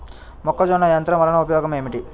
మొక్కజొన్న యంత్రం వలన ఉపయోగము ఏంటి?